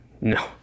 No